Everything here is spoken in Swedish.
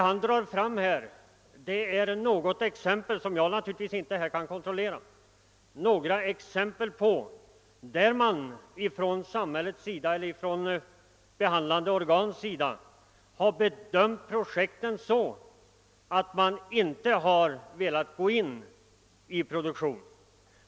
Han anförde några exempel — som jag ju inte nu kan kontrollera — på att behandlande organ bedömt ifrågavarande projekt så, att de inte velat vara med om att realisera dem.